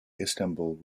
istanbul